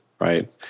right